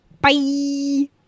Bye